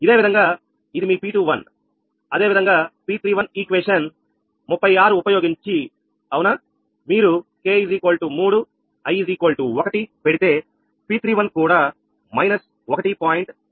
ఇదే విధంగా ఇది మీP21 అదేవిధంగా P31 సమీకరణం 36 ఉపయోగించి అవునా మీరు k 3 i 1 పెడితే P31 కూడా −1